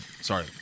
sorry